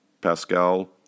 Pascal